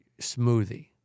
smoothie